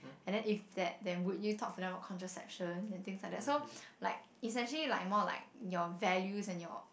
and then if that then would you talk to them about contraception and things like that so like it's actually like more like your values and your